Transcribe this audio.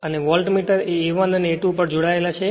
અને વોલ્ટેમીટર એ A 1 અને a1 પર જોડાયેલ છે